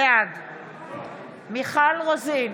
בעד מיכל רוזין,